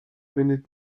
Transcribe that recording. wendet